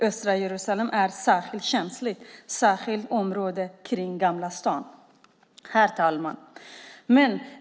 Östra Jerusalem är särskilt känsligt, särskilt området kring gamla staden. Herr talman!